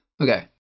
Okay